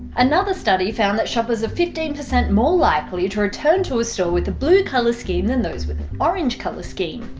another study found that shoppers are fifteen percent more likely to return to a store with blue color schemes than those with orange color schemes.